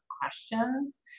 questions